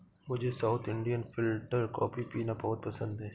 मुझे south Indian filter coffee पीना बहुत पसंद है